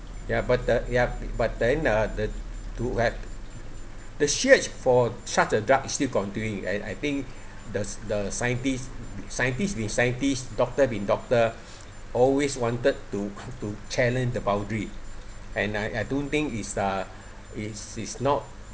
ya but the ya but then uh the to like the search for such a drug is still continuing and I think the the scientist scientist with scientist doctor with doctor always wanted to to challenge the boundary and I I don't think is the is is not